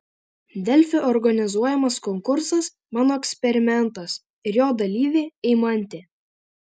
delfi organizuojamas konkursas mano eksperimentas ir jo dalyvė eimantė